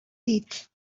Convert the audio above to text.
dit